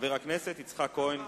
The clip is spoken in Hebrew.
חבר הכנסת יצחק כהן.